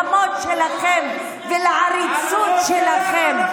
מחיר על הגחמות שלכם ועל העריצות שלכם.